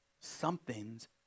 Something's